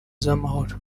z’amahoro